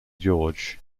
george